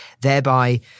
thereby